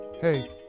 Hey